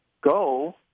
go